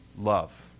love